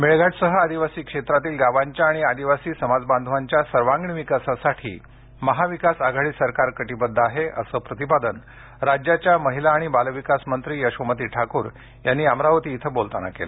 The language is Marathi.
मेळघाटसह आदिवासी क्षेत्रातील गावांच्या आणि आदिवासी समाजबांधवांच्या सर्वांगीण विकासासाठी महाविकास आघाडी सरकार कटिबद्ध आहे असे प्रतिपादन राज्याच्या महिला आणि बालविकास मंत्री यशोमती ठाकूर यांनी अमरावती इथं बोलताना केलं